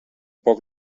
poc